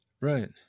Right